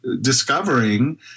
discovering